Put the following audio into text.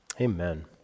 Amen